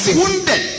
wounded